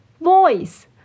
Voice